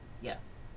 Yes